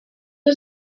was